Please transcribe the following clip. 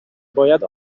باید